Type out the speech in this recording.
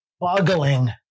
boggling